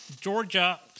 Georgia